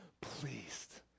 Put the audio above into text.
pleased